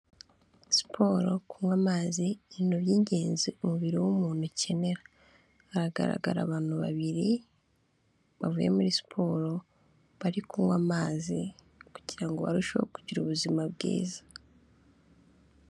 Siporo kunywa amazi ibintu by'ingenzi umubiri w'umuntu ukenera, hagaragara abantu babiri bavuye muri siporo bari kunywa amazi kugirango ngo arusheho kugira ubuzima bwiza.